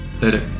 Later